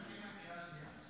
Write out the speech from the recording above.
אני מתחיל מהקריאה השנייה.